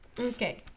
Okay